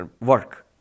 work